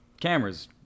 cameras